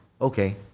Okay